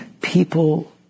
People